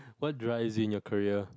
what do I seen your career